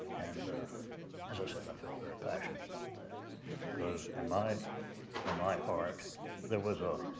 and as i said, i feel very passionate about that because in my my heart there was a